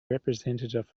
representative